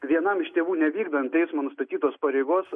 vienam iš tėvų nevykdant teismo nustatytos pareigos